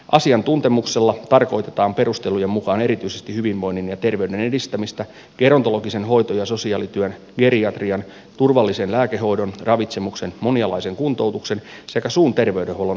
asiantuntemuksella tarkoitetaan perustelujen mukaan erityisesti hyvinvoinnin ja terveyden edistämistä gerontologisen hoito ja sosiaalityön geriatrian turvallisen lääkehoidon ravitsemuksen monialaisen kuntoutuksen sekä suun terveydenhuollon asiantuntemusta